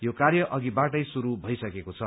यो कार्य अधिबाटै शुरू भईसकेको छ